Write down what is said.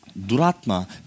Duratma